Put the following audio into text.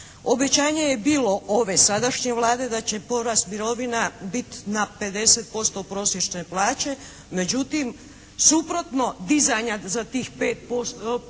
Obećanje je bilo ove sadašnje Vlade da će porast mirovina biti na 50% prosječne plaće, međutim suprotno dizanja za tih